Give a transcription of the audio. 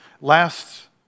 Last